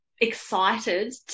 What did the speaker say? excited